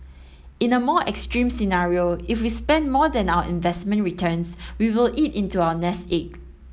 in a more extreme scenario if we spent more than our investment returns we will eat into our nest egg